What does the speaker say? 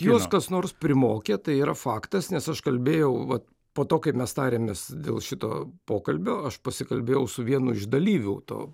juos kas nors primokė tai yra faktas nes aš kalbėjau vat po to kaip mes tarėmės dėl šito pokalbio aš pasikalbėjau su vienu iš dalyvių to